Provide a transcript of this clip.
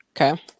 Okay